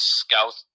scout